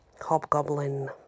Hobgoblin